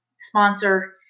sponsor